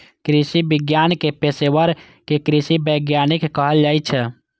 कृषि विज्ञान के पेशवर कें कृषि वैज्ञानिक कहल जाइ छै